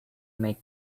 make